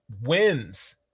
wins